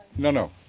no, no,